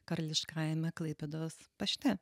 karališkajame klaipėdos pašte